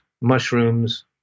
mushrooms